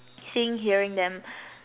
seeing hearing them